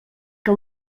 que